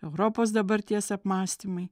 europos dabarties apmąstymai